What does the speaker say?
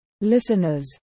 listeners